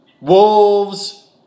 wolves